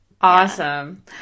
Awesome